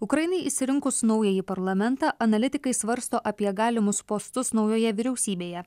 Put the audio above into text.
ukrainai išsirinkus naująjį parlamentą analitikai svarsto apie galimus postus naujoje vyriausybėje